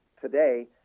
today